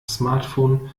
smartphone